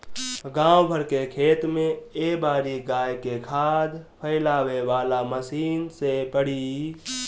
गाँव भर के खेत में ए बारी गाय के खाद फइलावे वाला मशीन से पड़ी